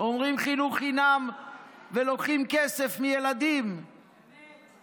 אומרים חינוך חינם ולוקחים כסף מילדים, אמת.